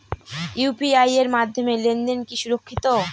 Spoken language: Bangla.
ইউ.পি.আই এর মাধ্যমে লেনদেন কি সুরক্ষিত?